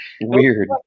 weird